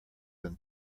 than